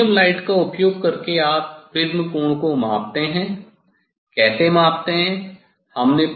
इस sodium light का उपयोग करके आप प्रिज्म कोण को मापते हैं कैसे मापते है